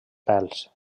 pèls